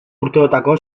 urteotako